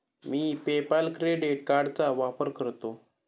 मी PayPal credit कार्डचा वापर करतो